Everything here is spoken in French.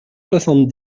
soixante